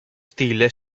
stile